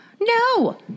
No